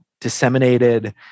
disseminated